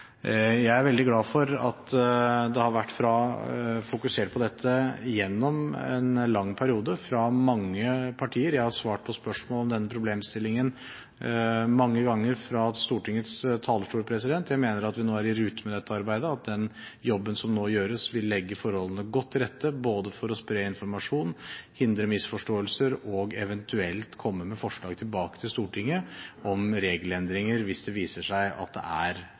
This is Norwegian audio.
Jeg er veldig glad for at det har vært fokusert på dette gjennom en lang periode fra mange partier. Jeg har svart på spørsmål om denne problemstillingen mange ganger fra Stortingets talerstol, og jeg mener vi nå er i rute med dette arbeidet, og at den jobben som nå gjøres, vil legge forholdene godt til rette både for å spre informasjon, hindre misforståelser og eventuelt komme med forslag tilbake til Stortinget om regelendringer, hvis det viser seg at det er